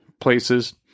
places